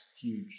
Huge